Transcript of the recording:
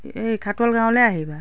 এই খাটোৱাল গাঁৱলৈ আহিবা